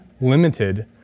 limited